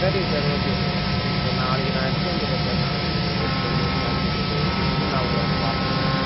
சரிங்க sir okay sir okay sir sir நாளைக்கு நான் எடுத்து வந்துறேன் சார் நாளைக்கு எடுத்துகிட்டு வந்து கிளாஸ் டீச்சர் கிட்ட எழுதிக் கொடுத்துட்டு நான் உங்களை வந்து பார்க்குறேன் சார் ஓகே